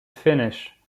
finnish